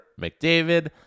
McDavid